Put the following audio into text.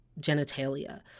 genitalia